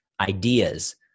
ideas